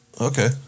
Okay